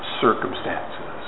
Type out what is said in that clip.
circumstances